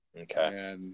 Okay